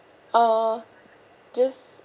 uh just